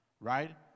right